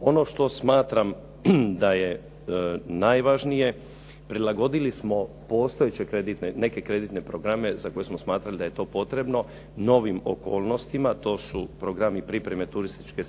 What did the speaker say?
Ono što smatram da je najvažnije, prilagodili smo postojeće neke kreditne programe za koje smo smatrali da je to potrebno novim okolnostima. To su Programi pripreme turističke